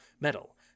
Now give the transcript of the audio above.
metal